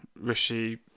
Rishi